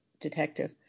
detective